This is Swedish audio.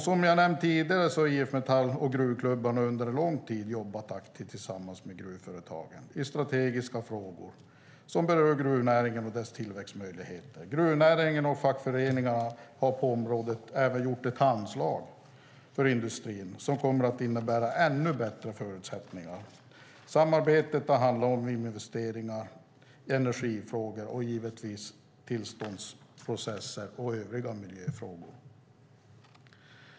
Som jag nämnt tidigare har IF-Metall och gruvklubbarna tillsammans med gruvföretagen under lång tid jobbat aktivt i strategiska frågor som rör gruvnäringen och dess tillväxtmöjligheter. Gruvnäringen och fackföreningarna har på området även gjort ett handslag för industrin som kommer att innebära ännu bättre förutsättningar. Samarbetet har handlat om investeringar, energifrågor och givetvis tillståndsprocesser och övriga miljöfrågor.